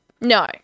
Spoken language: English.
No